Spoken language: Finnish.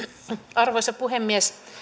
arvoisa puhemies